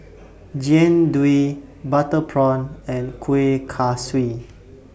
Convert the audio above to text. Jian Dui Butter Prawn and Kuih Kaswi